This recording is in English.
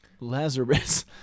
Lazarus